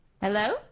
Hello